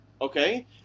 okay